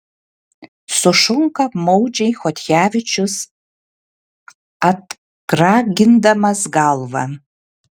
sušunka apmaudžiai chodkevičius atkragindamas galvą